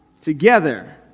together